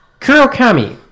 Kurokami